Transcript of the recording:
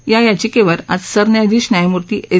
या याचिकेवर आज सरन्यायाधीश न्यायमूर्ती एस